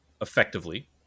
effectively